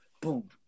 boom